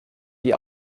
die